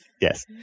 Yes